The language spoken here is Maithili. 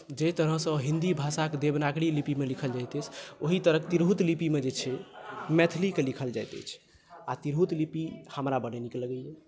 जाहि तरहसँ हिन्दी भाषाकेँ देवनागरी लिपिमे लिखल जाइत अछि ओहि तरहक तिरहुत लीपिमे जे छै मैथिलीकेँ लिखल जाइत अछि आ तिरहुत लिपि हमरा बड नीक लगैए